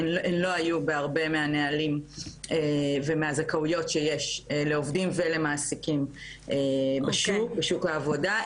שלא היו בהרבה מהנהלים ומהזכאויות שיש לעובדים ולמעסיקים בשוק העבודה.